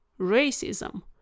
racism